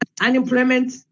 unemployment